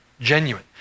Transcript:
genuine